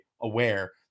aware